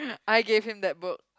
I gave him that book